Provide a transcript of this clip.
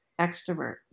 extrovert